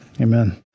Amen